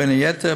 בין היתר,